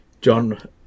John